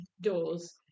doors